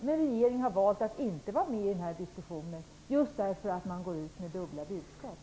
Men regeringen har valt att inte vara med i den här debatten just därför att man går ut med dubbla budskap.